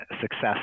success